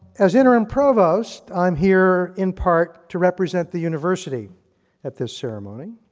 as interim provost, i'm here in part to represent the university at this ceremony.